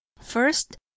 first